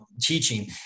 teaching